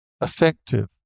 effective